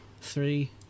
three